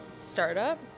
startup